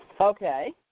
Okay